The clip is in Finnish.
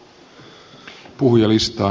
herra puhemies